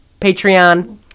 Patreon